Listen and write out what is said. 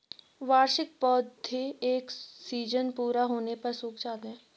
वार्षिक पौधे एक सीज़न पूरा होने पर सूख जाते हैं